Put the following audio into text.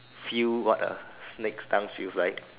feel what a snake's tongue feels like